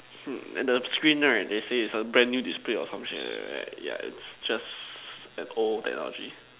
hmm and the screen right they say is a brand new display or some shit like that right yeah it's just an old technology